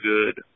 Good